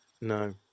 No